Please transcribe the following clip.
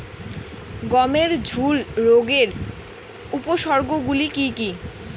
গমের ঝুল রোগের উপসর্গগুলি কী কী?